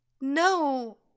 no